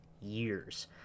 years